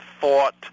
thought